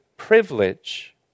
privilege